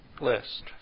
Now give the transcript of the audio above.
list